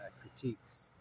critiques